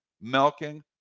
milking